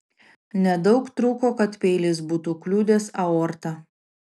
nedaug trūko kad peilis būtų kliudęs aortą